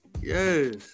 Yes